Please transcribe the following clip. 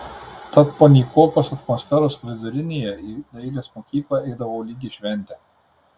tad po nykokos atmosferos vidurinėje į dailės mokyklą eidavau lyg į šventę